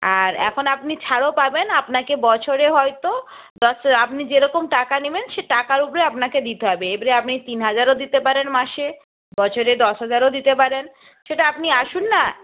আর এখন আপনি ছাড়ও পাবেন আপনাকে বছরে হয়তো দশ আপনি যেরকম টাকা নেবেন সে টাকার উপরে আপনাকে দিতে হবে এবারে আপনি তিন হাজারও দিতে পারেন মাসে বছরে দশ হাজারও দিতে পারেন সেটা আপনি আসুন না